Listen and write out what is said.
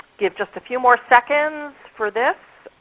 give just a few more seconds for this.